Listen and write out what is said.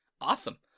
Awesome